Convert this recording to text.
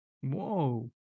whoa